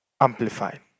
Amplified